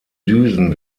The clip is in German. düsen